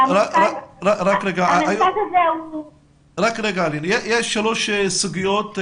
יש שלוש סוגיות,